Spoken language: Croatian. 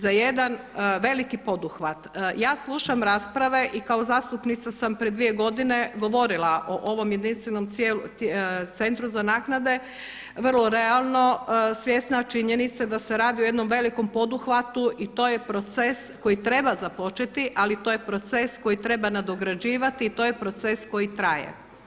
Za jedan veliki poduhvat, ja slušam rasprave i kao zastupnica sam prije dvije godine govorila o ovom jedinstvenom centru za naknade vrlo realno svjesna činjenica da se radi o jednom velikom poduhvatu i to je proces koji treba započeti, ali to je proces koji treba nadograđivati i to je proces koji traje.